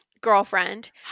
girlfriend